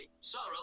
sorrow